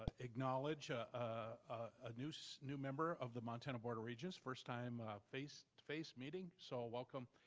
ah acknowledge ah new so new member of the montana board of regents. first time face-to-face meeting, so welcome,